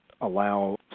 allow